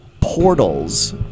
portals